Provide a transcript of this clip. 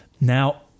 Now